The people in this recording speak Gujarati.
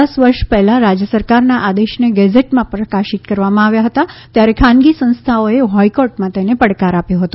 દસ વર્ષ પહેલાં રાજ્ય સરકારના આદેશને ગેઝેટમાં પ્રકાશિત કરવામાં આવ્યા હતા ત્યારે ખાનગી સંસ્થાઓએ હાઈકોર્ટમાં તેને પડકાર આપ્યો હતો